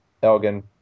Elgin